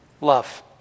Love